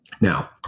Now